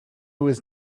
was